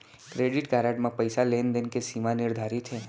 Credit card म पइसा लेन देन के का सीमा निर्धारित हे?